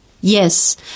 Yes